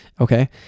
okay